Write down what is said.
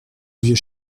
vieux